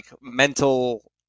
mental